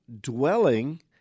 dwelling